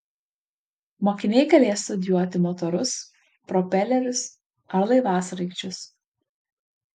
mokiniai galės studijuoti motorus propelerius ar laivasraigčius